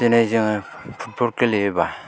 दिनै जोङो फुटबल गेलेयोब्ला